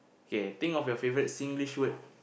K think of your favourite Singlish word